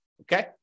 okay